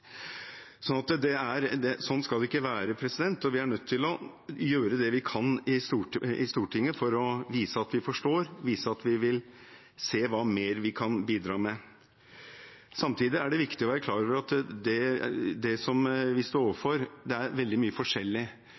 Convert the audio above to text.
Sånn skal det ikke være, og vi er nødt til å gjøre det vi kan i Stortinget for å vise at vi forstår, vise at vi vil se hva mer vi kan bidra med. Samtidig er det viktig å være klar over at det vi står overfor, er veldig mye forskjellig.